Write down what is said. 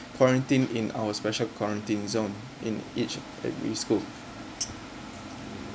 quarantine in our special quarantine zone in each at every school